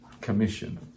commission